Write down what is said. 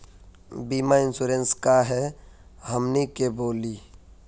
बीमा इंश्योरेंस का है हमनी के बोली?